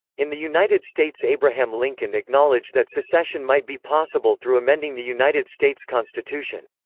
in the united states abraham lincoln acknowledged that secession might be possible through amending the united states constitution.